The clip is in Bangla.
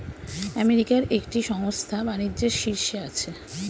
আমেরিকার একটি সংস্থা বাণিজ্যের শীর্ষে আছে